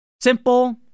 simple